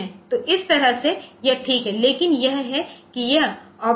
तो इस तरह से यह ठीक है लेकिन यह है कि यह ऑपरेंड रजिस्टर ऑपरेंड हैं